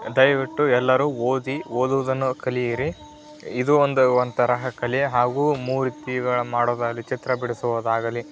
ದಯವಿಟ್ಟು ಎಲ್ಲರೂ ಓದಿ ಓದುವುದನ್ನು ಕಲಿಯಿರಿ ಇದು ಒಂದು ಒಂತರಹ ಕಲೆ ಹಾಗೂ ಮೂರ್ತಿಗಳ ಮಾಡೋದಾಗ್ಲಿ ಚಿತ್ರಬಿಡಿಸುವುದಾಗಲಿ